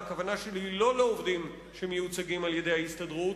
והכוונה שלי היא לא לעובדים שמיוצגים על-ידי ההסתדרות,